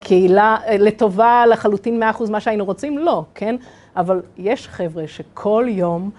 קהילה, לטובה, לחלוטין מאה אחוז מה שהיינו רוצים? לא, כן? אבל יש חבר'ה שכל יום...